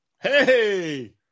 hey